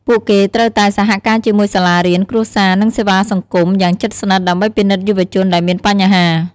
ពួកគេត្រូវតែ សហការជាមួយសាលារៀន គ្រួសារ និងសេវាសង្គម យ៉ាងជិតស្និទ្ធ ដើម្បីពិនិត្យយុវជនដែលមានបញ្ហា។